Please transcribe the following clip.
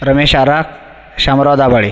रमेश आराक शामराव दाभाळे